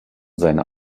seine